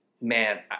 Man